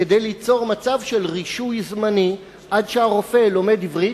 כדי ליצור מצב של רישוי זמני עד שהרופא לומד עברית.